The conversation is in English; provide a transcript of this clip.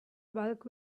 bulk